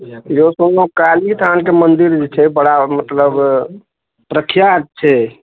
यौ सुनलहुॅं काली स्थानके मंदिर जे छै बड़ा मतलब प्रख्यात छै